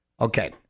Okay